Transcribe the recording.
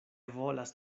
volas